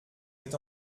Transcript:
est